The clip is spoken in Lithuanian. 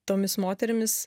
tomis moterimis